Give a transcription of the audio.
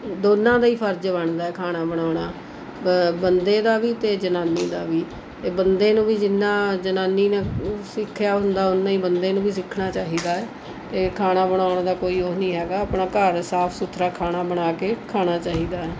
ਦੋਨਾਂ ਦਾ ਹੀ ਫਰਜ਼ ਬਣਦਾ ਏ ਖਾਣਾ ਬਣਾਉਣਾ ਬ ਬੰਦੇ ਦਾ ਵੀ ਅਤੇ ਜਨਾਨੀ ਦਾ ਵੀ ਅਤੇ ਬੰਦੇ ਨੂੰ ਵੀ ਜਿੰਨਾ ਜਨਾਨੀ ਨੇ ਸਿੱਖਿਆ ਹੁੰਦਾ ਓਨਾ ਹੀ ਬੰਦੇ ਨੂੰ ਵੀ ਸਿੱਖਣਾ ਚਾਹੀਦਾ ਹੈ ਅਤੇ ਖਾਣਾ ਬਣਾਉਣ ਦਾ ਕੋਈ ਉਹ ਨੀ ਹੈਗਾ ਆਪਣਾ ਘਰ ਸਾਫ ਸੁਥਰਾ ਖਾਣਾ ਬਣਾ ਕੇ ਖਾਣਾ ਚਾਹੀਦਾ ਹੈ